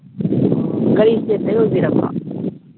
ꯀꯔꯤ ꯁ꯭ꯇꯦꯠꯇꯒꯤ ꯑꯣꯏꯕꯤꯔꯕ